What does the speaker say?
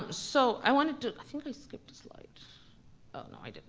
um so i wanted to, i think i skipped a slide. oh no, i didn't,